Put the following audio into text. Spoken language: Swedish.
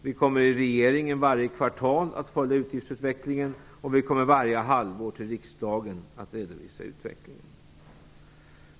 Vi i regeringen kommer att varje kvartal följa utgiftsutvecklingen och vi kommer varje halvår att för riksdagen redovisa utvecklingen.